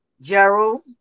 Gerald